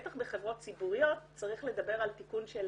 בטח בחברות ציבוריות צריך לדבר על תיקון של